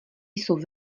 jsou